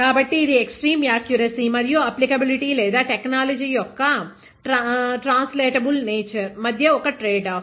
కాబట్టి ఇది extreme accuracy మరియు అప్లికేబిలిటీ లేదా టెక్నాలజీ యొక్క ట్రాన్స్లేట్బుల్ నేచర్ మధ్య ఒక ట్రేడ్ ఆఫ్